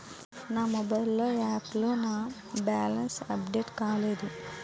నా mobile app లో నా బ్యాలెన్స్ అప్డేట్ కాలేదు